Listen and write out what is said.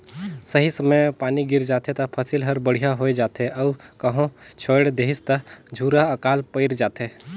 सही समय मे पानी गिर जाथे त फसल हर बड़िहा होये जाथे अउ कहो छोएड़ देहिस त झूरा आकाल पइर जाथे